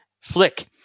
Flick